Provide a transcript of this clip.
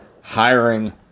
hiring